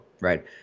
right